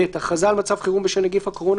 (ב) הכרזה על מצב חירום בשל נגיף הקורונה